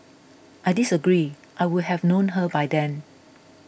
I disagree I would have known her by then